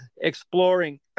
exploring